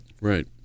right